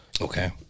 Okay